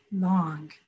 long